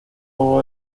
bob